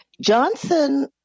Johnson